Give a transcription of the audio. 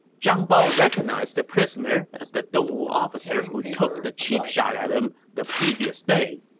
zhang bao recognized the prisoner as the dongwu officer who took the cheap shot at him the previous day.